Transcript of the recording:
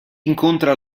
incontra